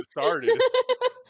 started